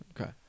Okay